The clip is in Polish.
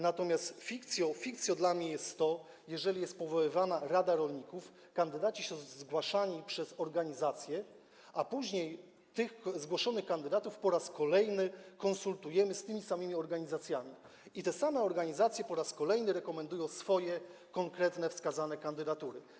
Natomiast fikcją dla mnie jest to, że jeżeli jest powoływana Rada Rolników, kandydaci są zgłaszani przez organizacje, a później tych zgłoszonych kandydatów po raz kolejny konsultujemy z tymi samymi organizacjami i te same organizacje po raz kolejny rekomendują swoje konkretne, wskazane kandydatury.